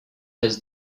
has